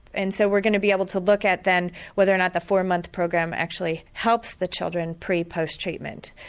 and so we are going to be able to look at then whether or not the four-month program actually helps the children pre post-treatment.